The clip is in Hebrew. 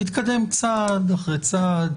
נתקדם צעד אחרי צעד,